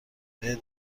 بهت